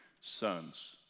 sons